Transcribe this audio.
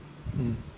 mm